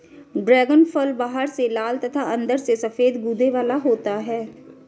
dragon फल बाहर से लाल तथा अंदर से सफेद गूदे वाला होता है